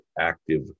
active